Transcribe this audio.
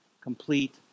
Complete